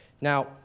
Now